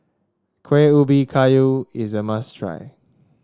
Kueh Ubi Kayu is a must try